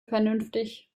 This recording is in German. vernünftig